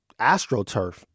astroturf